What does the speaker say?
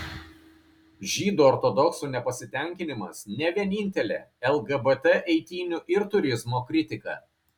žydų ortodoksų nepasitenkinimas ne vienintelė lgbt eitynių ir turizmo kritika